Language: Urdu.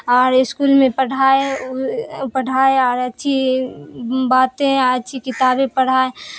اور اسکول میں پڑھائے پڑھائے اور اچھی باتیں اچھی کتابیں پڑھائے